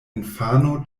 infano